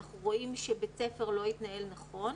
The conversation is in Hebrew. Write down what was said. אם אנחנו רואים שבית ספר לא התנהל נכון,